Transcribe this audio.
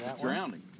drowning